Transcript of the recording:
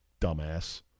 dumbass